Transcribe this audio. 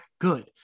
good